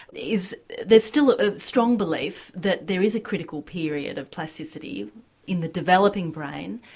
is there's still a strong belief that there is a critical period of plasticity in the developing brain,